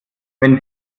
wenn